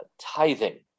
tithing